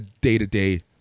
day-to-day